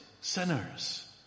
sinners